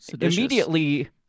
immediately